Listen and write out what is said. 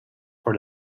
for